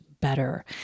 better